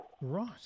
Right